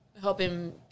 helping